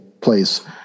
place